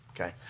Okay